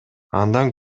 андан